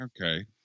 Okay